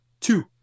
two